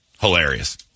hilarious